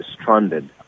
stranded